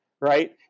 right